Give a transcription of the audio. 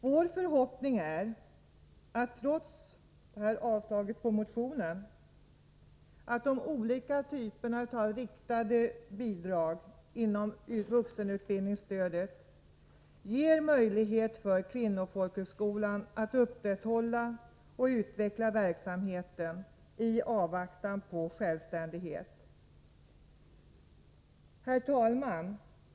Vår förhoppning är att trots avstyrkandet av motionen de olika typerna av riktade bidrag inom vuxenutbildningsstödet skall ge möjlighet för Kvinnofolkhögskolan att upprätthålla och utveckla verksamheten i avvaktan på självständighet. Herr talman!